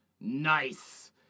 Nice